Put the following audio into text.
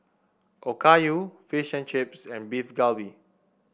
Okayu Fish and Chips and Beef Galbi